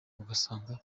ugasanga